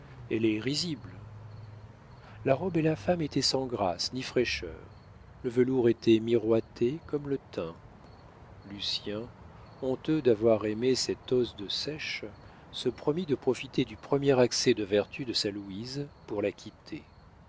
elle est risible la robe et la femme étaient sans grâce ni fraîcheur le velours était miroité comme le teint lucien honteux d'avoir aimé cet os de seiche se promit de profiter du premier accès de vertu de sa louise pour la quitter